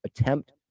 attempt